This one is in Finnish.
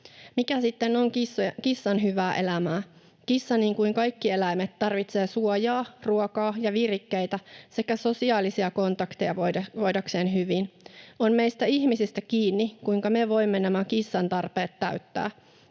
Mikä sitten on kissan hyvää elämää? Kissa, niin kuin kaikki eläimet, tarvitsee suojaa, ruokaa ja virikkeitä sekä sosiaalisia kontakteja voidakseen hyvin. On meistä ihmisistä kiinni, kuinka me voimme nämä kissan tarpeet täyttää.